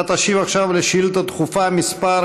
אתה תשיב עכשיו על שאילתה דחופה מס'